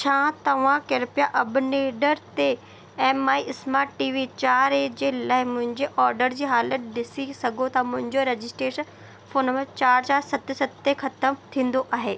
छा तव्हां कृप्या अबनेडर ते एमआई स्मार्ट टीवी चारि ए जे लाइ मुंहिंजे ऑडर जी हालति ॾिसी सघो था मुंहिंजो रजिस्टेश फोन नंबर चारि चारि सत सत ते ख़तमु थींदो आहे